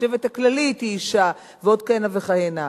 החשבת הכללית היא אשה, ועוד כהנה וכהנה.